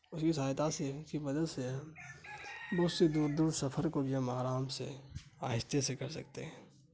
اس کی سہایتا سے اس کی مدد سے بہت سے دور دور سفر کو بھی ہم آرام سے آہستہ سے کر سکتے ہیں